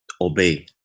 obey